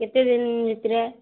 କେତେ ଦିନ ଭିତରେ